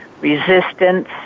resistance